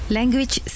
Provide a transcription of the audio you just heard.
Language